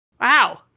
wow